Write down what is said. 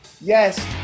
Yes